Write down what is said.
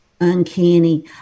uncanny